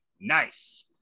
Nice